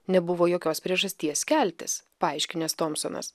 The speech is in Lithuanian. nebuvo jokios priežasties keltis paaiškinęs tomsonas